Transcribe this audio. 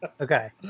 Okay